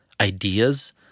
ideas